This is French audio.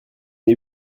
est